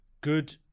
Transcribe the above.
good